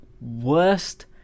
worst